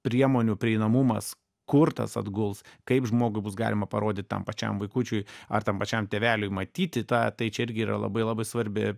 priemonių prieinamumas kur tas atguls kaip žmogui bus galima parodyt tam pačiam vaikučiui ar tam pačiam tėveliui matyti tą tai čia irgi yra labai labai svarbi